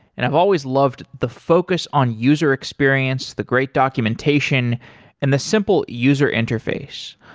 and i've always loved the focus on user experience, the great documentation and the simple user interface.